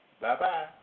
Bye-bye